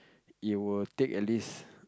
it will take at least